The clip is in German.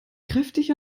kräftig